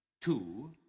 two